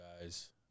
guys